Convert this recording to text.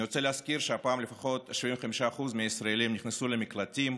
אני רוצה להזכיר שהפעם לפחות 75% מהישראלים נכנסו למקלטים,